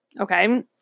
Okay